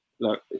Look